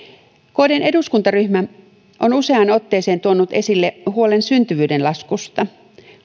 kdn eduskuntaryhmä on useaan otteeseen tuonut esille huolen syntyvyyden laskusta